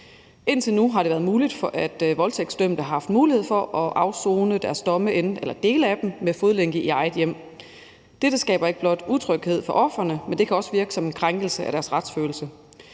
Indtil nu har det været sådan, at voldtægtsdømte har haft mulighed for at afsone deres domme eller dele af dem med fodlænke i eget hjem. Dette skaber ikke blot utryghed for ofrene, det kan også virke som en krænkelse af deres retsfølelse.